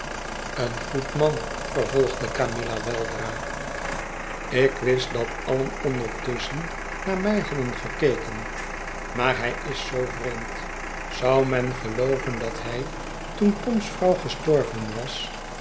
een goed man vervolgde camilla weldra ik wist dat alien ondertusschen naar mij hadden gekeken maar hij is zoo vreemd zou men gelooven dat hij toen tom's vrouw gestorven was